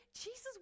Jesus